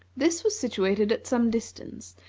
this was situated at some distance,